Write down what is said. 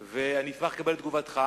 ואני אשמח לקבל את תגובתך.